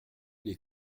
les